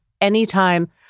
anytime